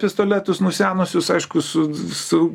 pistoletus nusenusius aišku su su